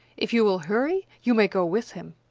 if you will hurry, you may go with him!